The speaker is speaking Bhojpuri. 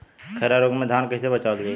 खैरा रोग से धान कईसे बचावल जाई?